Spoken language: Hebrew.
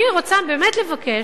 אני רוצה באמת לבקש,